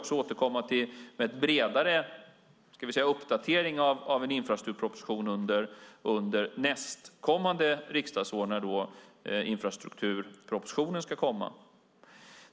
Vi ska återkomma med en bredare, kan vi säga, uppdatering av en infrastrukturproposition under nästkommande riksdagsår. Då ska infrastrukturpropositionen komma.